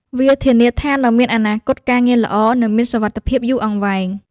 វាធានាថានឹងមានអនាគតការងារល្អនិងមានសុវត្ថិភាពយូរអង្វែង។